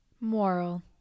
Moral